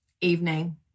Evening